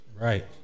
Right